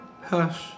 Hush